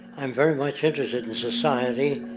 i'm very much interested in society